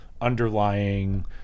underlying